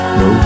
no